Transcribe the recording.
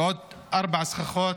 ועוד ארבע סככות